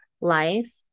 life